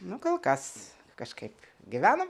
nu kol kas kažkaip gyvenam